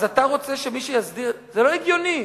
אז אתה רוצה שמי שיסדיר, זה לא הגיוני.